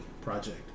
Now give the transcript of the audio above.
project